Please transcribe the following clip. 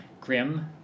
Grim